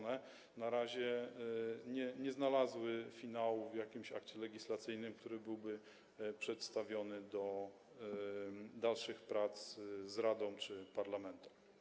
Na razie nie znalazły finału w jakimś akcie legislacyjnym, który byłby przedstawiony do dalszych prac z Radą czy Parlamentem.